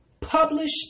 Publish